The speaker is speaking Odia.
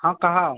ହଁ କହ